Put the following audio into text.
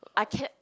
I kept